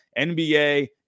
NBA